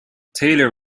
taylor